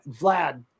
vlad